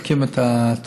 בודקים את המחירים,